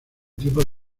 tipo